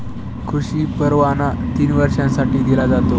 कृषी परवाना तीन वर्षांसाठी दिला जातो